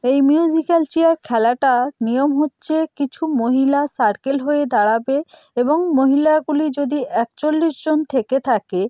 এই musical chair খেলাটা নিয়ম হচ্ছে কিছু মহিলা সার্কেল হয়ে দাঁড়াবে এবং মহিলাগুলি যদি একচল্লিশ জন থেকে থাকে